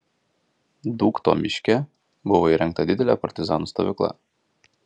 dūkto miške buvo įrengta didelė partizanų stovykla